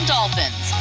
Dolphins